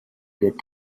good